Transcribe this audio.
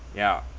ya